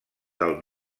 del